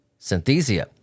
Synthesia